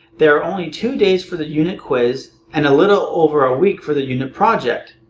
there are only two days for the unit quiz, and a little over a week for the unit project.